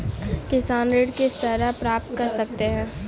किसान ऋण किस तरह प्राप्त कर सकते हैं?